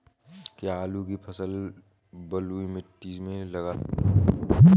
क्या आलू की फसल बलुई मिट्टी में लगा सकते हैं?